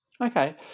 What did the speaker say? Okay